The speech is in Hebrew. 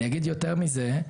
אני אגיד יותר מזה,